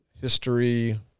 history